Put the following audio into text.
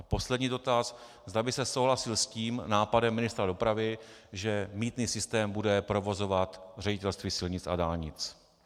Poslední dotaz, zda byste souhlasil s nápadem ministra dopravy, že mýtný systém bude provozovat Ředitelství silnic a dálnic.